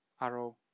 arrow